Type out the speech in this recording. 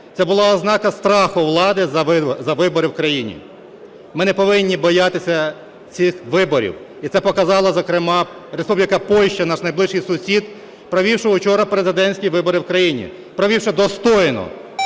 це була ознака страху влади за вибори в країні. Ми не повинні боятися цих виборів і це показала зокрема Республіка Польща – наш найближчий сусід, провівши учора президентські вибори в країні, провівши достойно,